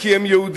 כי הם יהודים,